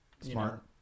smart